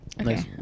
Okay